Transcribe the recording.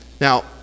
now